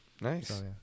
Nice